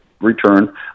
return